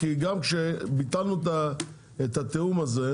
כי גם כשביטלנו את התיאום הזה,